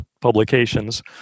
Publications